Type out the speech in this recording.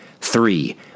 Three